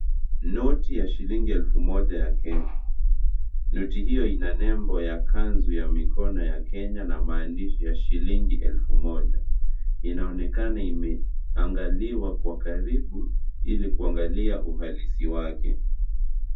Noti ya shilingi elfu moja ya Kenya. Noti hiyo Ina nembo ya kanzu ya mikono ya Kenya na maandishi ya shilingi elfu moja. Inaonekana imeangaliwa kwa karibu Ili kuangalia uhalusi wake.